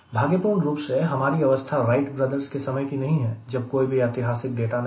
भाग्य पूर्ण रूप से हमारी अवस्था Wright Brother's के समय की नही है जब कोई भी ऐतिहासिक डेटा नहीं था